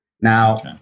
Now